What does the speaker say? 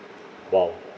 !wow!